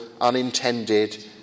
unintended